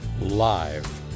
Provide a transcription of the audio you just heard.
live